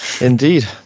indeed